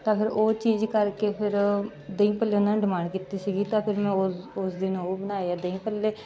ਤਾਂ ਫਿਰ ਉਹ ਚੀਜ਼ ਕਰਕੇ ਫਿਰ ਦਹੀਂ ਭੱਲੇ ਉਹਨਾਂ ਨੇ ਡਿਮਾਂਡ ਕੀਤੀ ਸੀਗੀ ਤਾਂ ਫਿਰ ਮੈਂ ਉਸ ਉਸ ਦਿਨ ਉਹ ਬਣਾਏ ਆ ਦਹੀਂ ਭੱਲੇ